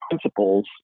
principles